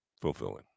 fulfilling